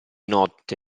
notte